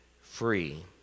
free